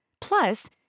Plus